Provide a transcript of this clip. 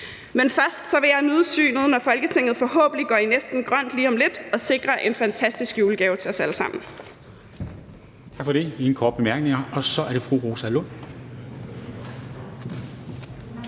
Men først vil jeg nyde synet, når Folketinget forhåbentlig går i næsten grønt lige om lidt og sikrer en fantastisk julegave til os alle sammen.